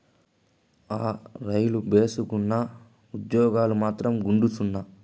ఆ, రైలు బజెట్టు భేసుగ్గున్నా, ఉజ్జోగాలు మాత్రం గుండుసున్నా